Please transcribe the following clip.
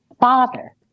father